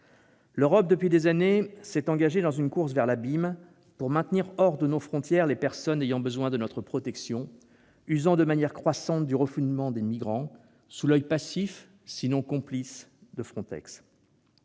L'Europe, depuis des années, s'est engagée dans une course vers l'abîme pour maintenir hors de nos frontières les personnes ayant besoin de notre protection, usant de manière croissante du refoulement des migrants sous l'oeil passif, sinon complice, de Frontex.